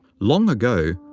long ago,